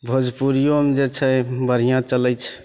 भोजपुरिओमे जे छै बढ़िआँ चलै छै